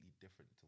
different